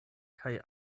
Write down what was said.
kaj